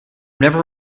never